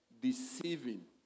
deceiving